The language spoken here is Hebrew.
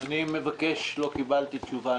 אני מבקש, לא קיבלתי תשובה.